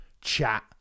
chat